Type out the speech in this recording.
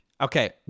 Okay